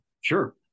Sure